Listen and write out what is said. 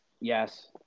yes